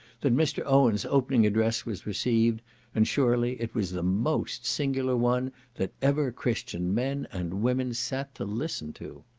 that mr. owen's opening address was received and surely it was the most singular one that ever christian men and women sat to listen to.